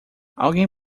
alguém